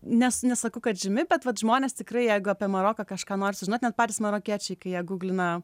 nes nesakau kad žymi bet vat žmonės tikrai jeigu apie maroką kažką nori sužinot net patys marokiečiai kai ją guglina